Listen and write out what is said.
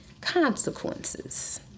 consequences